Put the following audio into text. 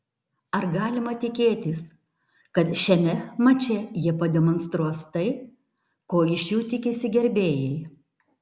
ar galima tikėtis kad šiame mače jie pademonstruos tai ko iš jų tikisi gerbėjai